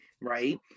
right